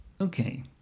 Okay